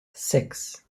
six